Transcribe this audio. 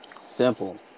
Simple